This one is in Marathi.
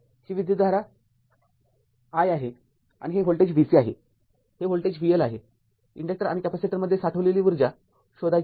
ही विद्युतधारा i आहे आणि हे व्होल्टेज VC आहे हे व्होल्टेज VL आहे इन्डक्टर आणि कॅपेसिटरमध्ये साठविलेली ऊर्जा शोधायची आहे